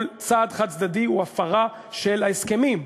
כל צעד חד-צדדי הוא הפרה של ההסכמים.